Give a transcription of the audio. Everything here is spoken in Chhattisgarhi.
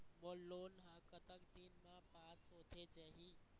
मोर लोन हा कतक दिन मा पास होथे जाही?